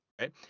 right